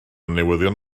newyddion